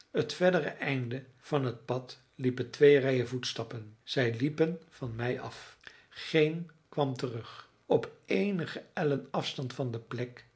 het verdere einde van het pad liepen twee rijen voetstappen zij liepen van mij af geen kwam terug op eenige ellen afstand van de plek